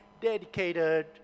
dedicated